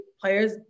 players